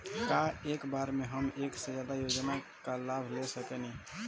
का एक बार में हम एक से ज्यादा योजना का लाभ ले सकेनी?